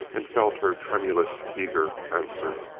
and felt her tremulous eager answer.